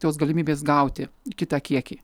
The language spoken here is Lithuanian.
tos galimybės gauti kitą kiekį